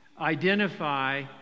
identify